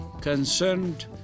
concerned